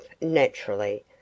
naturally